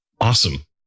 Awesome